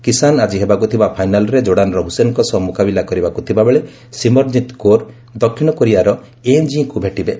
କ୍ରିଷାନ ଆଜି ହେବାକୁ ଥିବା ଫାଇନାଲ୍ରେ ଜୋର୍ଡାନର ହୁସେନଙ୍କ ସହ ମୁକାବିଲା କରିବାକୁ ଥିବାବେଳେ ସିମରନ୍ଜିତ କୌର ଦକ୍ଷିଣକୋରିଆର ଓ ୟେଁ ଜିଙ୍କୁ ଭେଟିବେ